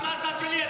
מה מהצד שלי?